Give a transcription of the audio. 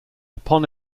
upon